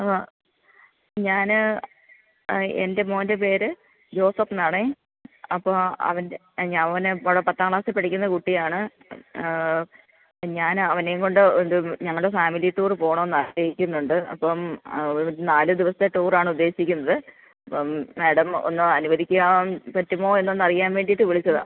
ആ ഞാന് എൻ്റെ മോൻ്റെ പേര് ജോസഫ്ന്നാണെ അപ്പോള് അവൻ്റെ അവന് പത്താം ക്ലാസ്സില് പഠിക്കുന്ന കുട്ടിയാണ് ഞാൻ അവനെയും കൊണ്ട് ഞങ്ങള് ഫാമിലി ടൂര് പോകണമെന്ന് ആഗ്രഹിക്കുന്നുണ്ട് അപ്പോള് ഒരു നാല് ദിവസത്തെ ടൂറാണ് ഉദ്ദേശിക്കുന്നത് അപ്പോള് മേഡം ഒന്ന് അനുവദിക്കാൻ പറ്റുമോ എന്ന് ഒന്ന് അറിയാൻ വേണ്ടിയിട്ട് വിളിച്ചതാണ്